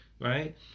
Right